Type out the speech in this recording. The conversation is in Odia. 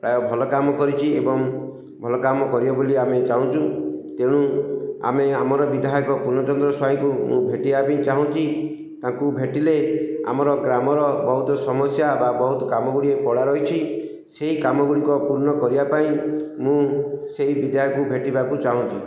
ପ୍ରାୟ ଭଲ କାମ କରିଛି ଏବଂ ଭଲ କାମ କରିବ ବୋଲି ଆମେ ଚାହୁଁଛୁ ତେଣୁ ଆମେ ଆମର ବିଧାୟକ ପୂର୍ଣ୍ଣଚନ୍ଦ୍ର ସ୍ଵାଇଁକୁ ମୁଁ ଭେଟିବା ପାଇଁ ଚାହୁଁଛି ତାଙ୍କୁ ଭେଟିଲେ ଆମର ଗ୍ରାମର ବହୁତ ସମସ୍ୟା ବା ବହୁତ କାମ ଗୁଡ଼ିଏ ପଳା ରହିଛି ସେଇ କାମ ଗୁଡ଼ିକ ପୂର୍ଣ୍ଣ କରିବା ପାଇଁ ମୁଁ ସେଇ ବିଧାୟକକୁ ଭେଟିବାକୁ ଚାହୁଁଛି